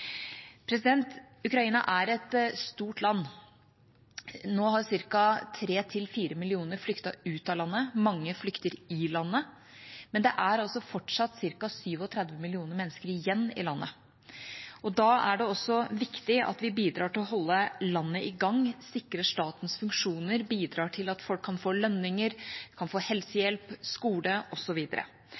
Ukraina er et stort land. Nå har ca. 3–4 millioner flyktet ut av landet, mange flykter i landet, men det er altså fortsatt ca. 37 millioner mennesker igjen i landet. Da er det også viktig at vi bidrar til å holde landet i gang, sikrer statens funksjoner, bidrar til at folk kan få lønninger, kan få helsehjelp, skole